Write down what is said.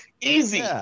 Easy